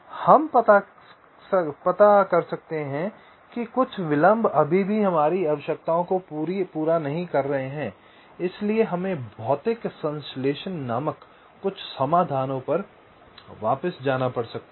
हम पता सकते हैं कि कुछ विलंब अभी भी हमारी आवश्यकताओं को पूरा नहीं कर रहे हैं इसलिए हमें भौतिक संश्लेषण नामक कुछ समाधानों पर वापिस जाना पड सकता है